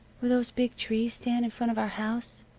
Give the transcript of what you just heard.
where those big trees stand in front of our house?